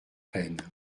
reine